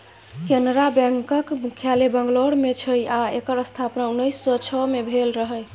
कैनरा बैकक मुख्यालय बंगलौर मे छै आ एकर स्थापना उन्नैस सँ छइ मे भेल रहय